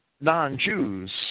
non-Jews